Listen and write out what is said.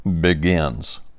begins